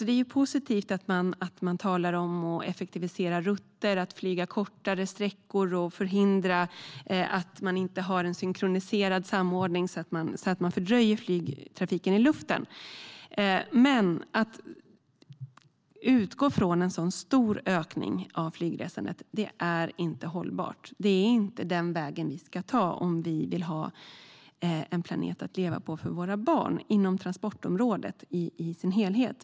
Det är positivt att man talar om att effektivisera rutter och att flyga kortare sträckor och att man har en synkroniserad samordning så att man inte fördröjer trafiken i luften. Men det är inte hållbart att utgå ifrån en sådan stor ökning av flygresandet. Det är inte den väg vi ska ta inom transportområdet som helhet om vi vill ha en planet att leva på för våra barn.